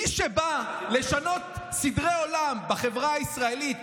מי שבא לשנות סדרי עולם בחברה הישראלית,